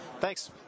Thanks